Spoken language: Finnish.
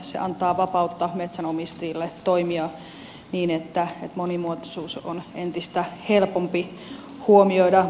se antaa vapautta metsänomistajille toimia niin että monimuotoisuus on entistä helpompi huomioida